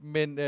Men